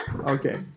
Okay